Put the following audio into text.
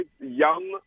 young